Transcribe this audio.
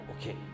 Okay